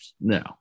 No